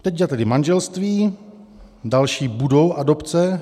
Teď je tedy manželství, další budou adopce.